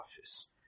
office